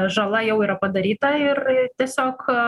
žala jau yra padaryta ir ir tiesiog